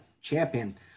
champion